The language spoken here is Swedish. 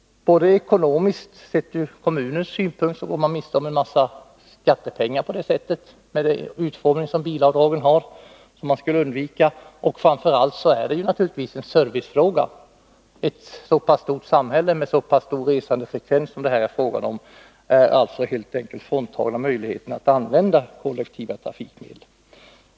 Kommunen går därigenom miste om en mängd skattepengar, med den utformning som bilavdragen har, vilket man skulle undvika. Och det är naturligtvis framför allt en servicefråga. Ett så pass stort samhälle med en så pass stor resandefrekvens som det här är fråga om är helt enkelt fråntaget alla möjligheter att använda kollektiva trafikmedel.